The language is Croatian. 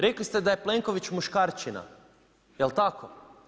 Rekli ste da je Plenković muškarčina, je li tako?